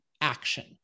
action